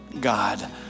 God